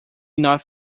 not